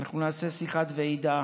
אנחנו נעשה שיחת ועידה